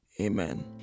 amen